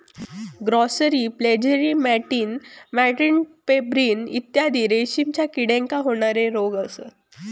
grasserie flacherie मॅटिन मॅटिन pebrine इत्यादी रेशीमच्या किड्याक होणारे रोग असत